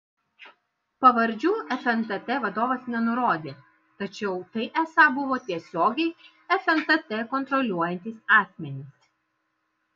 pavardžių fntt vadovas nenurodė tačiau tai esą buvo tiesiogiai fntt kontroliuojantys asmenys